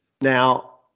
Now